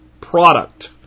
product